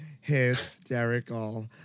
hysterical